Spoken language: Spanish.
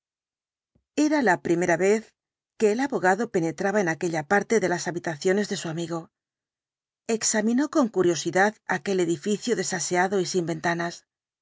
era la primera vez que el abogado penetraba en aquella parte de las habitaciones de su amigo examinó con curiosidad aquel edificio desaseado y sin ventanas